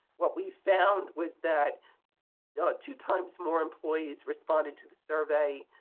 what we found was that yeah two times more employees responded to the survey,